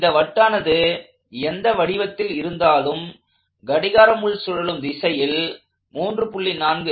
இந்த வட்டானது எந்த வடிவத்தில் இருந்தாலும் கடிகார சுழலும் திசையில் 3